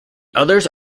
others